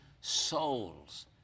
souls